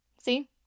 see